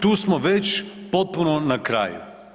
Tu smo već potpuno na kraju.